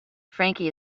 frankie